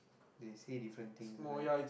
they say different things right